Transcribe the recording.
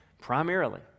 Primarily